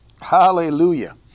Hallelujah